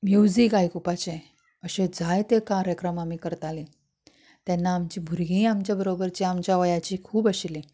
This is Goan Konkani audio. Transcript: म्युजीक आयकुपाचें अशें जाय तें कार्यक्रम आमी करताली तेन्ना आमची भुरगीं आमचे बरोबरची आमच्या वयाची खूब आशिल्ली